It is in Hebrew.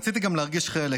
גם רציתי להרגיש חלק,